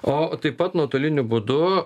o taip pat nuotoliniu būdu